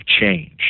change